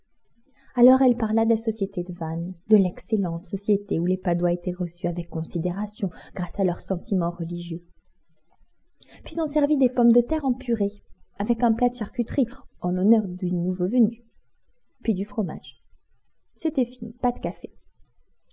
alors elle parla de la société de vannes de l'excellente société où les padoie étaient reçus avec considération grâce à leurs sentiments religieux puis on servit des pommes de terre en purée avec un plat de charcuterie en l'honneur du nouveau venu puis du fromage c'était fini pas de café